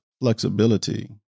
flexibility